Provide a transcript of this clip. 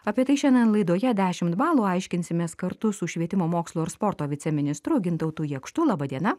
apie tai šiandien laidoje dešimt balų aiškinsimės kartu su švietimo mokslo ir sporto viceministru gintautu jakštu laba diena